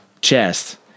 chest